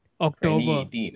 October